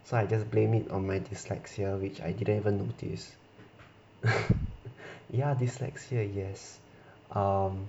so I just blame it on my dyslexia which I didn't even notice ya dyslexia yes um